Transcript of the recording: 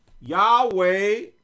Yahweh